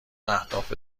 اهداف